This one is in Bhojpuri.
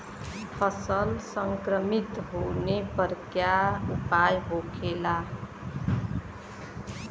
फसल संक्रमित होने पर क्या उपाय होखेला?